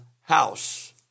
house